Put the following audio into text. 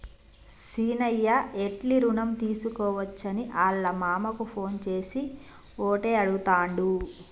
సీనయ్య ఎట్లి రుణం తీసుకోవచ్చని ఆళ్ళ మామకు ఫోన్ చేసి ఓటే అడుగుతాండు